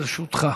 לרשותך.